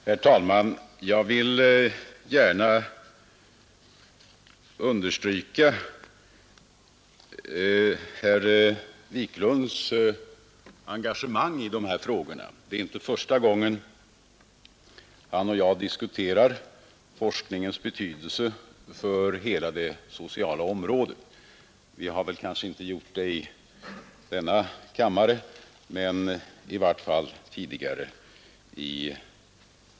Herr talman! Jag vill gärna understryka herr Wiklunds i Stockholm engagemang i de här frågorna. Det är inte första gången han och jag i riksdagen diskuterar forskningens betydelse för hela det sociala området, även om vi kanske inte har gjort det i denna kammare.